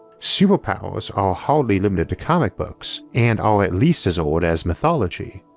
superpowers are hardly limited to comic books, and are at least as old as mythology.